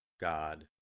God